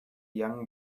young